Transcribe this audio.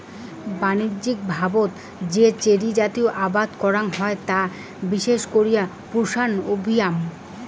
বাণিজ্যিকভাবত যে চেরির জাত আবাদ করাং হই তা বিশেষ করি প্রুনাস অভিয়াম